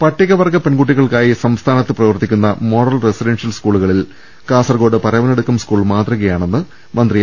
പട്ടികവർഗ്ഗ പെൺകുട്ടികൾക്കായി സംസ്ഥാനത്ത് പ്രവർത്തിക്കുന്ന മോഡൽ റസിഡൻഷ്യൽ സ്കൂളുക ളിൽ കാസർകോട് പരവനടുക്കം സ്കൂൾ മാതൃകയാ ണെന്ന് മന്ത്രി എ